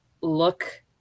look